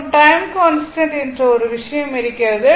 மற்றும் time constant என்ற ஒரு விஷயம் இருக்கிறது